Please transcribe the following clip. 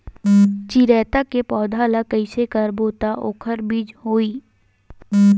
चिरैता के पौधा ल कइसे करबो त ओखर बीज होई?